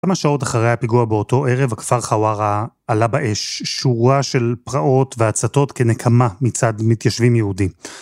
כמה שעות אחרי הפיגוע באותו ערב, הכפר חווארה עלה באש, שורה של פרעות והצתות כנקמה מצד מתיישבים יהודים.